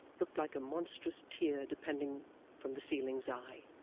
looked like a monstrous tear depending from the ceiling's eye.